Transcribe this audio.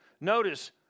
Notice